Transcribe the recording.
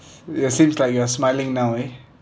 ya seems like you are smiling now eh